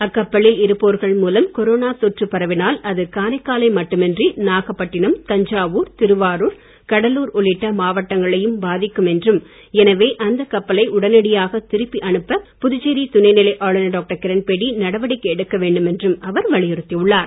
அக்கப்பலில் இருப்போர்கள் மூலம் கொரோனா தொற்று பரவினால் அது காரைக்காலை மட்டுமின்றி நாகப்பட்டினம் தஞ்சாவூர் திருவாருர் கடலூர் உள்ளிட்ட மாவட்டங்களையும் பாதிக்கும் என்றும் எனவே அந்த கப்பலை உடனடியாக திருப்பி அனுப்ப புதுச்சேரி துணை நிலை ஆளுநர் டாக்டர் கிரண்பேடி நடவடிக்கை எடுக்க வேண்டும் என்றும் அவர் வலியுறுத்தி உள்ளார்